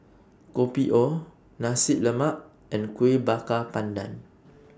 Kopi O Nasi Lemak and Kuih Bakar Pandan